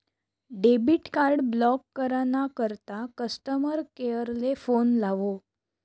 debit card block करा ना करता कस्टमर केअर ले फोन लावो